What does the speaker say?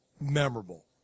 memorable